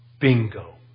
Bingo